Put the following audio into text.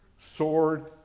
sword